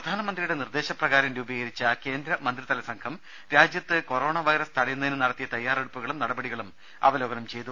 പ്രധാനമന്ത്രിയുടെ നിർദേശ പ്രകാരം രൂപീകരിച്ച കേന്ദ്ര മന്ത്രിതല സംഘം രാജ്യത്ത് കൊറോണ വൈറസ് തടയുന്നതിന് നടത്തിയ തയാറെടുപ്പു കളും നടപടികളും അവലോകനം ചെയ്തു